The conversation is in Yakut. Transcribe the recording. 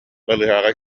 балыыһаҕа